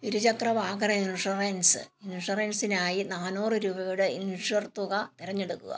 ഇരുചക്ര വാഹന ഇൻഷുറൻസ് ഇൻഷുറൻസിനായി നാനൂറ് രൂപയുടെ ഇൻഷുർ തുക തിരഞ്ഞെടുക്കുക